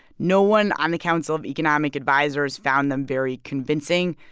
no one on the council of economic advisers found them very convincing.